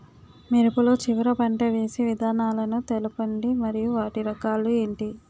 మిరప లో చివర పంట వేసి విధానాలను తెలపండి మరియు వాటి రకాలు ఏంటి